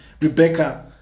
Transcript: Rebecca